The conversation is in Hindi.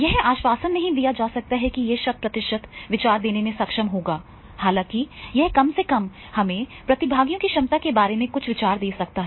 यह आश्वासन नहीं दिया जा सकता है कि यह 100 प्रतिशत विचार देने में सक्षम होगा हालांकि यह कम से कम हमें प्रतिभागियों की क्षमता के बारे में कुछ विचार दे सकता है